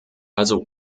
also